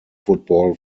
football